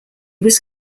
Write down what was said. was